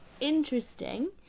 interesting